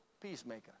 peacemaker